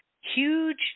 huge